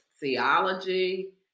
theology